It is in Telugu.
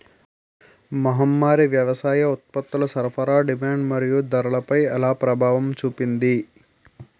మహమ్మారి వ్యవసాయ ఉత్పత్తుల సరఫరా డిమాండ్ మరియు ధరలపై ఎలా ప్రభావం చూపింది?